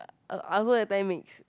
uh I I also every time mix